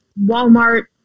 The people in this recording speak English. Walmart